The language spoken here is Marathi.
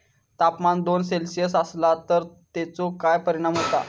तापमान दोन सेल्सिअस वाढला तर तेचो काय परिणाम होता?